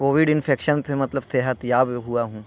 Covid infection سے مطلب صحتیاب ہوا ہوں